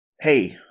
hey